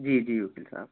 जी जी वकील साहब